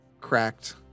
cracked